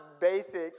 basic